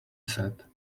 said